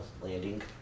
Landing